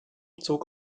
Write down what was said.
zog